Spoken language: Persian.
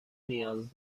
نیاز